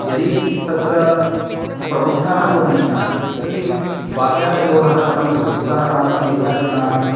यदि तत्र प्रबुद्धाः बोधनीयाः तर्हि वाक्यार्थबोधः कथं भवति उदाहरणार्थं वैय्याकरणानां क्रिया करणानां